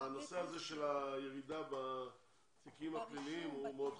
הנושא הזה של הירידה בתיקים הפליליים הוא מאוד חשוב,